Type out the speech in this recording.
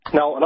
Now